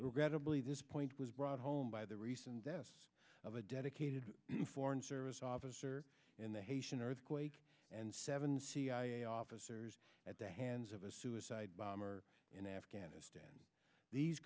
regrettably this point was brought home by the recent deaths of a dedicated foreign service officer in the haitian earthquake and seven cia officers at the hands of a suicide bomber in afghanistan these